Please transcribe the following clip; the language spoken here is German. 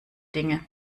dinge